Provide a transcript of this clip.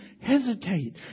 hesitate